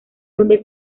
donde